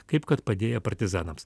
kaip kad padėję partizanams